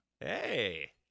Hey